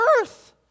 earth